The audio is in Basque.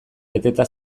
beteta